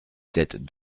sept